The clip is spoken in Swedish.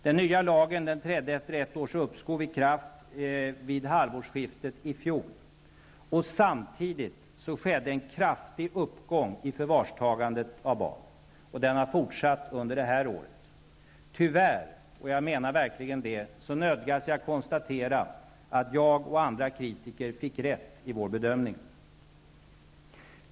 Den nya lagen trädde i kraft efter ett års uppskov vid halvårsskiftet i fjol. Samtidigt skedde en kraftig ökning av förvarstagandet av barn. Den har fortsatt under detta år. Tyvärr, och jag menar verkligen det, nödgas jag konstatera att jag och andra kritiker fick rätt i bedömningen.